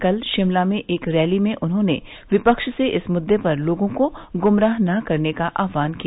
कल शिमला में एक रैली में उन्होंने विपक्ष से इस मुद्दे पर लोगों को गुमराह न करने का आह्वान किया